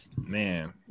Man